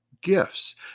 gifts